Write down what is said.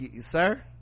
sir